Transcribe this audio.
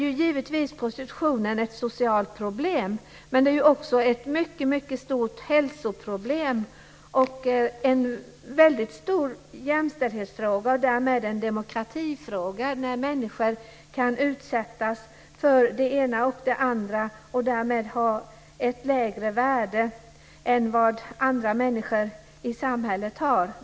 Naturligtvis är prostitutionen ett socialt problem, men det är också ett mycket stort hälsoproblem och en jämställdhetsfråga. Därmed är det en demokratifråga. När människor utsätts för det ena och det andra och blir trampade på får de därmed ett lägre värde än vad andra människor i samhället har.